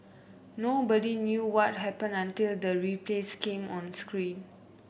nobody knew what happened until the replays came on screen